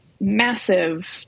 massive